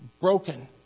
Broken